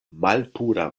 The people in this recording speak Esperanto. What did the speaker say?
malpura